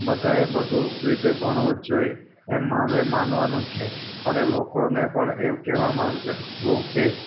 બધાંએ બધું રીતે ભણવું જ જોઈએ એમ મારે માનવાનું છે અને લોકોને પણ એ કહેવાં માં માંગુ કે